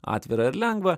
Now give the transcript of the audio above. atvira ir lengva